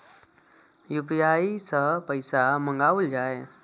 UPI सै पैसा मंगाउल जाय?